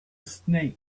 snake